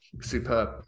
Superb